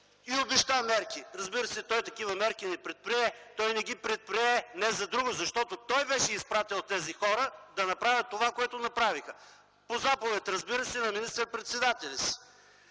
и обеща мерки. Разбира се, той такива мерки не предприе. Той не ги предприе не за друго, а защото той беше изпратил тези хора да направят това, което направиха, по заповед, разбира се, на министър-председателя си.